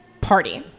Party